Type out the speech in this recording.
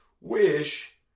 wish